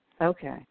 Okay